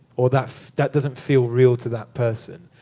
or that that doesn't feel real to that person.